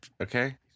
okay